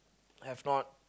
have not